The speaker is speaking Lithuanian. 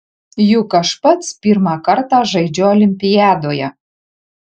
juk aš pats pirmą kartą žaidžiu olimpiadoje